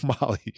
Molly